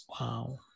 Wow